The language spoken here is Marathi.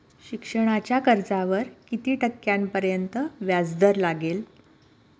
शिक्षणाच्या कर्जावर किती टक्क्यांपर्यंत व्याजदर लागेल?